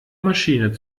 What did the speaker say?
maschine